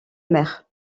mer